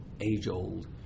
age-old